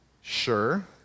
Sure